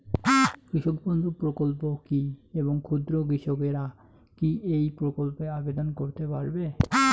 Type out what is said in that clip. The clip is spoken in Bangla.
কৃষক বন্ধু প্রকল্প কী এবং ক্ষুদ্র কৃষকেরা কী এই প্রকল্পে আবেদন করতে পারবে?